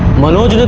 manoj you know